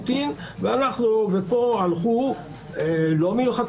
לא כליות --- ולא לב.